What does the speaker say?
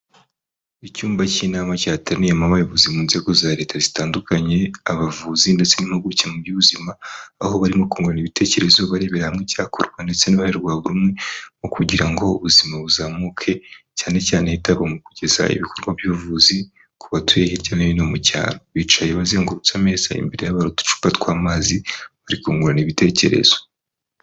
Icyumba cy'inama cyahataniyemo abayobozi mu nzego za leta zitandukanye, abavuzi ndetse n'impuguke mu by'ubuzima, aho barimo kungurana ibitekerezo barebera hamwe icyakorwa ndetse nuruhare rwa buri umwe kugira ngo ubuzima buzamuke cyane cyane hitabwa mu kugeza ibikorwa by'ubuvuzi ku batuye hirya no hino mu cyaro. Bicaye bazengurutse ameza imbere yabo hari uducupa tw'amazi bari kungurana ibitekerezo.